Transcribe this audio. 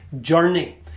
journey